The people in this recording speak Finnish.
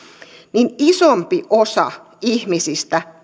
niin isompi osa ihmisistä